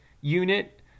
unit